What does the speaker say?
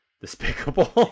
despicable